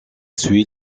suit